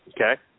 Okay